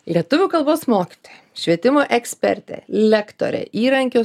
lietuvių kalbos mokytoja švietimo ekspertė lektorė įrankio